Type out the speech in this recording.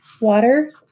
Water